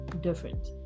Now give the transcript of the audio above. different